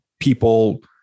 people